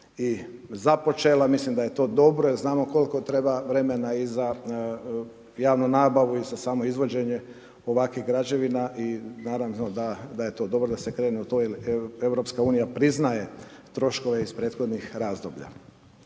i započela, mislim da je to dobro jer znamo koliko treba vremena i za javnu nabavu i za samo izvođenje ovakvih građevina i naravno da je to dobro da se krene u to jer EU priznaje troškove iz prethodnih razdoblja.